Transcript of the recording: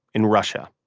in russia.